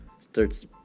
starts